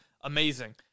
amazing